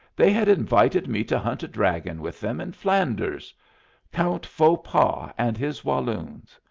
they had invited me to hunt a dragon with them in flanders count faux pas and his walloons.